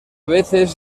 veces